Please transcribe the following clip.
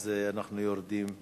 אז אנחנו יורדים מהשאילתא.